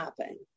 happen